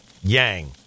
Yang